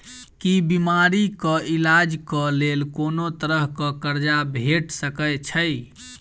की बीमारी कऽ इलाज कऽ लेल कोनो तरह कऽ कर्जा भेट सकय छई?